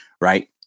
right